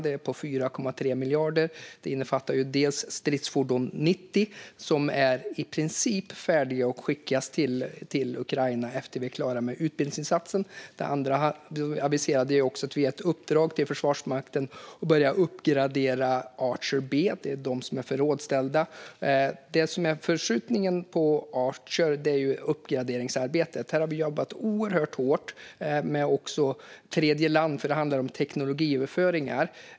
Det är på 4,3 miljarder och innefattar dels stridsfordon 90, som är i princip färdiga att skickas till Ukraina efter att vi är klara med utbildningsinsatsen. Det andra aviserade är att vi ger ett uppdrag till Försvarsmakten att också börja uppgradera Archer B, som är förrådsställda. Det som är förskjutningen på Archer är uppgraderingsarbetet. Här har vi jobbat oerhört hårt också med tredje land, för det handlar om teknologiöverföringar.